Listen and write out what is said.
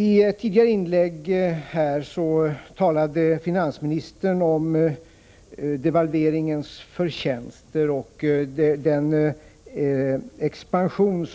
I ett tidigare inlägg talade finansministern om devalveringens förtjänster och den expansion